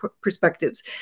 perspectives